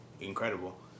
incredible